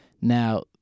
Now